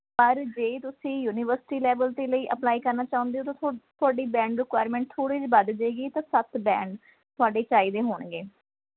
ਪਰ ਜੇ ਤੁਸੀਂ ਯੂਨੀਵਰਸਿਟੀ ਲੈਵਲ ਦੇ ਲਈ ਐਪਲਾਈ ਕਰਨਾ ਚਾਹੁੰਦੇ ਹੋ ਤਾਂ ਥੋ ਤੁਹਾਡੀ ਬੈਂਡ ਰਿਕੁਆਇਰਮੈਂਟ ਥੋੜ੍ਹੀ ਜਿਹੀ ਵੱਧ ਜੇਗੀ ਤਾਂ ਸੱਤ ਬੈਂਡ ਤੁਹਾਡੇ ਚਾਹੀਦੇ ਹੋਣਗੇ